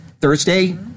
Thursday